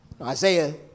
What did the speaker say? Isaiah